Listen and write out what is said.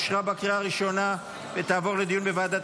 אושרה בקריאה הראשונה ותעבור לדיון בוועדת